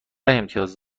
امتیاز